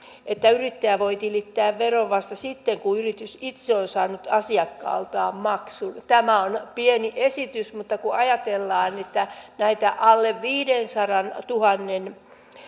että yrittäjä voi tilittää veron vasta sitten kun yritys itse on saanut asiakkaaltaan maksun tämä on pieni esitys mutta kun ajatellaan että näitä alle viidensadantuhannen